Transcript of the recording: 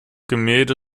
gemälde